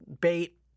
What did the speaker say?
bait